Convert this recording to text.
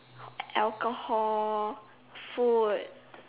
alcohol food